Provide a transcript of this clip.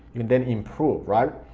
you can then improve, right?